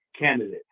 candidate